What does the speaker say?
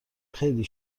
خیلی